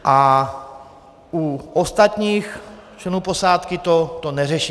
A u ostatních členů posádky to neřeší.